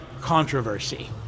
controversy